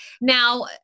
Now